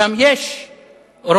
שם יש רוב